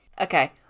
Okay